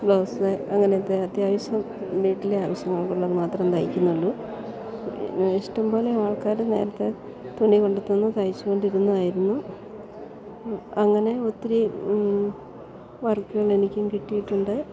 blouse അങ്ങനത്തെ അത്യാവിശ്യം വീട്ടിലെ ആവിശ്യങ്ങൾക്ക് ഉള്ളത് മാത്രം തയ്ക്കുന്നുള്ളൂ ഇഷ്ടം പോലെ ആൾക്കാർ നേരത്തെ തുണികൊണ്ടു തന്നു തയ്ച്ചുകൊണ്ടിരുന്നതായിരുന്നു അങ്ങനെ ഒത്തിരി വർക്കുകൾ എനിക്കും കിട്ടിയിട്ടുണ്ട്